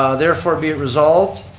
ah therefore be it resolved